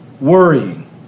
worrying